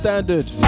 Standard